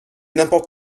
n’importe